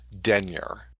denier